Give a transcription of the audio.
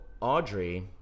Audrey